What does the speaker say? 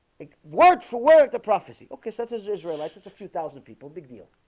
think word for where the prophecy okay such as israelites. it's a few thousand people big deal.